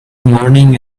morning